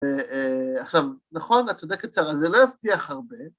עכשיו, נכון, את יצודקת שרה זה לא יבטיח הרבה.